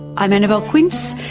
i'm annabelle quince,